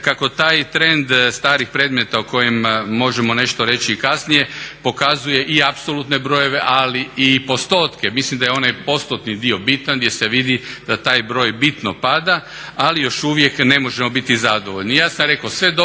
kako taj trend starih predmeta o kojim možemo nešto reći i kasnije pokazuje i apsolutne brojeve, ali i postotke. Mislim da je onaj postotni dio bitan gdje se vidi da taj broj bitno pada, ali još uvijek ne možemo biti zadovoljni. Ja sam rekao sve je dobro što